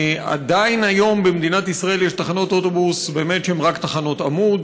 עדיין היום במדינת ישראל יש תחנות אוטובוס שהן באמת רק תחנות עמוד,